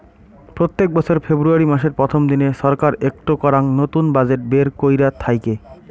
প্রত্যেক বছর ফেব্রুয়ারী মাসের প্রথম দিনে ছরকার একটো করাং নতুন বাজেট বের কইরা থাইকে